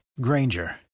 Granger